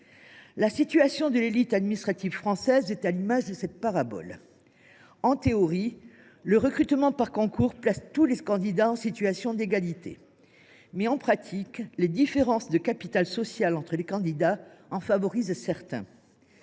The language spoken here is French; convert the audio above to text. La situation de l’élite administrative française est à l’image de cette parabole. En théorie, le recrutement par concours place tous les candidats en situation d’égalité. Mais, en pratique, les différences de capital social entre les candidats favorisent certains